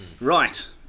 right